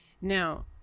now